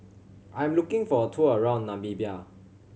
I am looking for a tour around Namibia